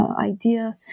Idea